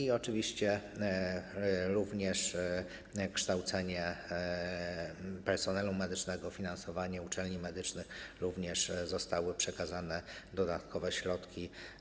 I oczywiście również kształcenie personelu medycznego, finansowanie uczelni medycznych - też na to zostały przekazane dodatkowe środki.